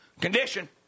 Condition